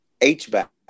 H-back